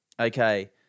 Okay